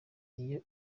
iyo